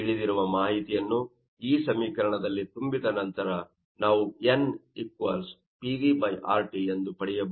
ತಿಳಿದಿರುವ ಮಾಹಿತಿಯನ್ನು ಈ ಸಮೀಕರಣದಲ್ಲಿ ತುಂಬಿದ ನಂತರ ನಾವು nPVRT ಎಂದು ಪಡೆಯಬಹುದು